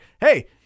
Hey